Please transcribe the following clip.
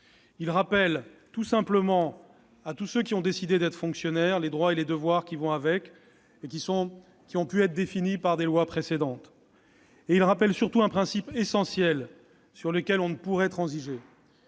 Il rappelle tout simplement à tous ceux qui ont décidé d'être fonctionnaires les droits et les devoirs afférents, qui ont été définis par des lois précédentes. Il rappelle surtout un principe essentiel sur lequel on ne peut transiger,